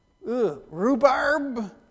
rhubarb